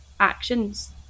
actions